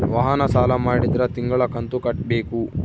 ವಾಹನ ಸಾಲ ಮಾಡಿದ್ರಾ ತಿಂಗಳ ಕಂತು ಕಟ್ಬೇಕು